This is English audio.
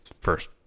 first